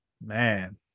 man